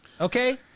Okay